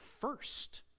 first